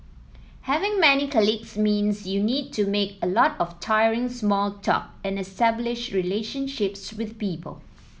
having many colleagues means you need to make a lot of tiring small talk and establish relationships with people